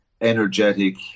energetic